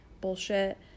bullshit